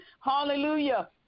hallelujah